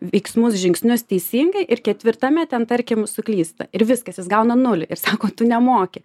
veiksmus žingsnius teisingai ir ketvirtame ten tarkim suklysta ir viskas jis gauna nulį ir sako tu nemoki